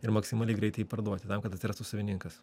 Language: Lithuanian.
ir maksimaliai greitai jį parduoti tam kad atsirastų savininkas